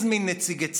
הזמין נציגי ציבור,